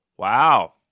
Wow